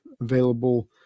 available